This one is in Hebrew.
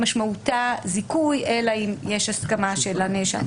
משמעותה זיכוי אלא אם יש הסכמה של הנאשם.